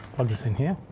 plug this in here.